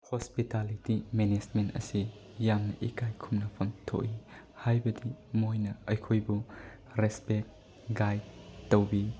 hospitality management ꯑꯁꯤ ꯌꯥꯝꯅ ꯏꯀꯥꯏ ꯈꯨꯝꯅꯐꯝ ꯊꯣꯛꯏ ꯍꯥꯏꯕꯗꯤ ꯃꯣꯏꯅ ꯑꯩꯈꯣꯏꯕꯨ ꯔꯦꯁꯄꯦꯛ ꯒꯥꯏꯠ ꯇꯧꯕꯤ